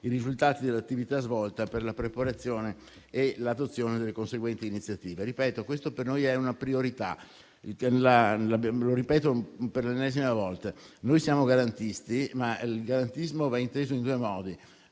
risultati dell'attività svolta per la preparazione e l'adozione delle conseguenti iniziative. Questa per noi è una priorità. Lo ripeto per l'ennesima volta. Noi siamo garantisti, ma il garantismo va inteso in due modi: